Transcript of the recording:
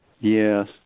Yes